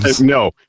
No